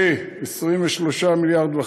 לכ-23.5 מיליארד.